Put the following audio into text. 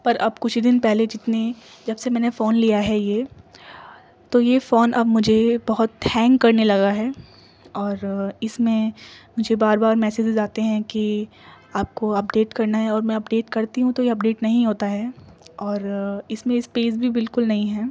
پر اب کچھ ہی دن پہلے جتنی جب سے میں نے فون لیا ہے یہ تو یہ فون اب مجھے بہت ہینگ کرنے لگا ہے اور اس میں مجھے بار بار میسیجز آتے ہیں کہ آپ کو اپڈیٹ کرنا ہے اور میں اپڈیٹ کرتی ہوں تو یہ اپڈیٹ نہیں ہوتا ہے اور اس میں اسپیس بھی بالکل نہیں ہیں